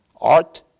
art